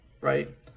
right